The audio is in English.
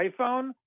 iPhone